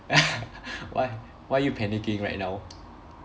why why are you panicking right now